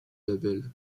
label